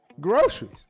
Groceries